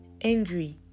angry